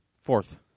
Fourth